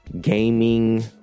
gaming